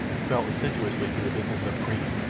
fell assiduously to the business of preening,